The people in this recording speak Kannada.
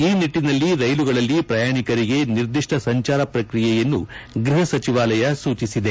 ಈ ನಿಟ್ಟನಲ್ಲಿ ರೈಲುಗಳಲ್ಲಿ ಪ್ರಯಾಣಿಕರಿಗೆ ನಿರ್ಧಿಷ್ಟ ಸಂಚಾರ ಪ್ರಕ್ರಿಯೆಯನ್ನು ಗೃಪ ಸಚಿವಾಲಯ ಸೂಜಿಸಿದೆ